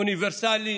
אוניברסליים.